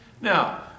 Now